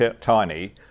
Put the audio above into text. tiny